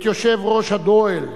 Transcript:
את יושב-ראש ה"דייל",